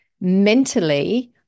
mentally